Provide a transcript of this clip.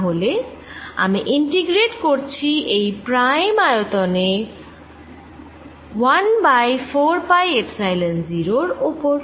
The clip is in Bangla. তা হলে আমি ইন্টেগ্রেট করছি এই প্রাইম আয়তনে ১ বাই 4 পাই এপ্সাইলন 0 র ওপর